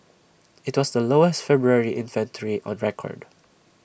IT was the lowest February inventory on record